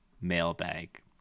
Mailbag